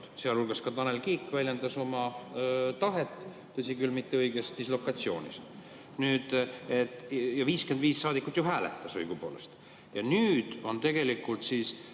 sealhulgas Tanel Kiik väljendas oma tahet – tõsi küll, mitte õiges dislokatsioonis. Ja 55 saadikut ju hääletas õigupoolest. Nüüd on tegelikult –